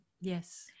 Yes